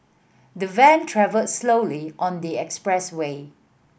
the van travelled slowly on the expressway